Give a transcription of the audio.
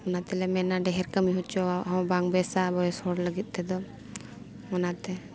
ᱚᱱᱟ ᱛᱮᱞᱮ ᱢᱮᱱᱟ ᱰᱷᱮᱨ ᱠᱟᱹᱢᱤ ᱦᱚᱪᱚ ᱦᱚᱸ ᱵᱟᱝ ᱵᱮᱥᱟ ᱵᱚᱭᱮᱥ ᱦᱚᱲ ᱞᱟᱹᱜᱤᱫ ᱛᱮᱫᱚ ᱚᱱᱟᱛᱮ